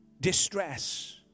distress